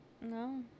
No